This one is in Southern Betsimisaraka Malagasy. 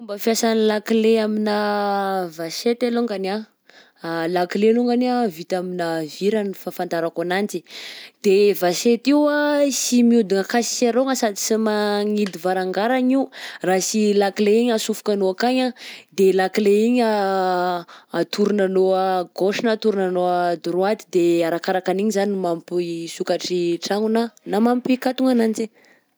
Fomba fiasan'ny lakile aminà vachette alongany anh lakile longany anh vita aminà vy raha ny fahanfatarako ananjy, de vachette io anh sy mihodina akasy sy arôgna sady sy magnidy varangaragna io raha sy lakile igny asofokanao akagny anh de lakile igny atoronanao à guache na atoronanao à droite, de arakaraka an'igny zany mampisokatry tragno na mampikatona ananjy.